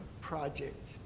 project